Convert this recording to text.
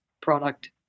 product